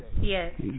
Yes